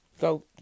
Go